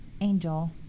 angel